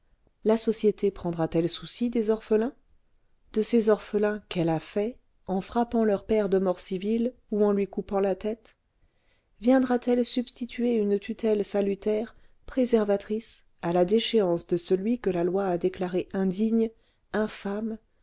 la société prendra t elle souci des orphelins de ces orphelins qu'elle a faits en frappant leur père de mort civile ou en lui coupant la tête viendra-t-elle substituer une tutelle salutaire préservatrice à la déchéance de celui que la loi a déclaré indigne